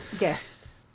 Yes